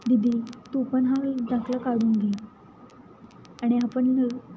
दीदी तू पण हा दाखला काढून घे आणि आपण